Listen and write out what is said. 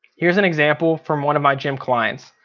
here's an example from one of my gym clients.